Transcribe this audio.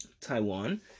Taiwan